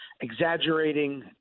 exaggerating